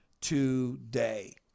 today